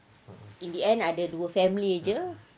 in the end ada dua family jer